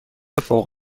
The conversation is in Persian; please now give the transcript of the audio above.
فوق